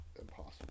impossible